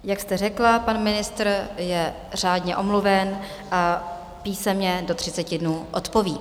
Jak jste řekla, pan ministr je řádně omluven a písemně do 30 dnů odpoví.